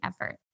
effort